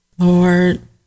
Lord